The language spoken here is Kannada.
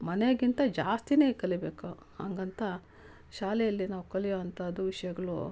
ಮನೆಗಿಂತ ಜಾಸ್ತಿಯೇ ಕಲೀಬೇಕು ಹಾಗಂತ ಶಾಲೆಯಲ್ಲಿ ನಾವು ಕಲಿಯುವಂಥದ್ದು ವಿಷಯಗಳು